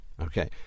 Okay